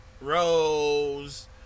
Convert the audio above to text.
Rose